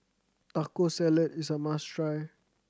Taco Salad is a must try